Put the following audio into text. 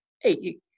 Hey